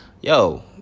yo